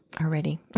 already